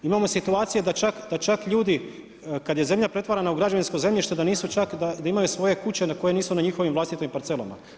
Imamo situacije da čak ljudi kada je zemlja pretvarana u građevinsko zemljište da nisu čak, da imaju svoje kuće koje nisu na njihovim vlastitim parcelama.